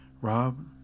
Rob